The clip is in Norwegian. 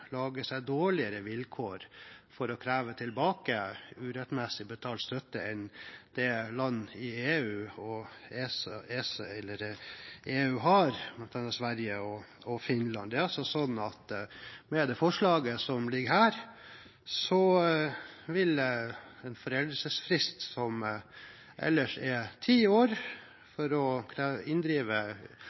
lage seg dårligere vilkår for å kreve tilbake urettmessig betalt støtte enn det land i EU har, bl.a. Sverige og Finland. Det er altså slik at med det forslaget som ligger her, vil en foreldelsesfrist som ellers er ti år for å inndrive